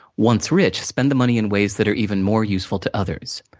once rich, spend the money in ways that are even more useful to others.